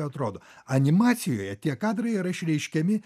atrodo animacijoje tie kadrai yra išreiškiami